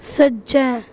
सज्जै